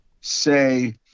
say